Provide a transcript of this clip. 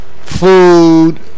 food